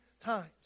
times